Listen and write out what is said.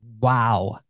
Wow